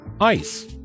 ice